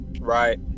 Right